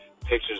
pictures